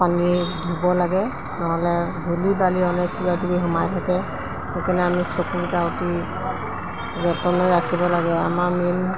পানীৰে ধুব লাগে নহ'লে ধূলি বালি হ'লে কিবাকিবি সোমাই থাকে সেইকাৰণে আমি চকু দুটা অতি যতনে ৰাখিব লাগে আমাৰ মেইন